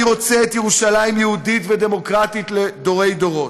אני רוצה את ירושלים יהודית ודמוקרטית לדורי-דורות.